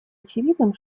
очевидным